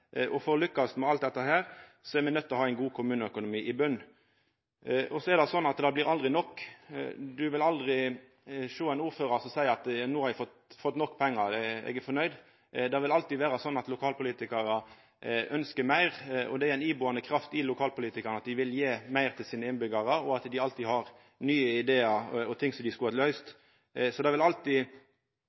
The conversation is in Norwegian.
osv. For å lykkast med alt dette er me nøydde til å ha ein god kommuneøkonomi i botnen. Så er det slik at det aldri blir nok – me vil aldri sjå ein ordførar som seier at nå har han fått nok pengar, og han er fornøgd. Det vil alltid vera slik at lokalpolitikarar ønskjer meir. Det er ei ibuande kraft i lokalpolitikarane at dei vil gje meir til sine innbyggjarar, og at dei alltid har nye idear og ting som dei skulle ha løyst. Det vil alltid vera ein forskjell mellom det som er